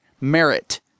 Merit